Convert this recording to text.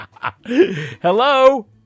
Hello